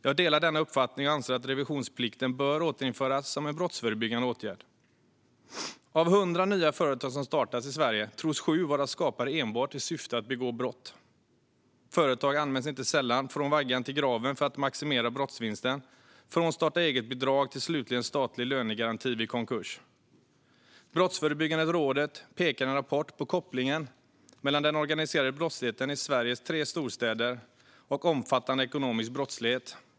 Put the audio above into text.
Jag delar denna uppfattning och anser att revisionsplikten bör återinföras som en brottsförebyggande åtgärd. Av 100 nya företag som startas i Sverige tros 7 vara skapade enbart i syfte att begå brott. Företag används inte sällan från vaggan till graven för att maximera brottsvinsten, från starta-eget-bidrag till statlig lönegaranti vid konkurs. Brottsförebyggande rådet pekar i en rapport på kopplingarna mellan den organiserade brottsligheten i Sveriges tre storstäder och omfattande ekonomisk brottslighet.